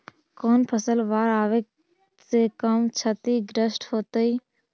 कौन फसल बाढ़ आवे से कम छतिग्रस्त होतइ?